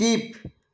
skip